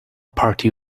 party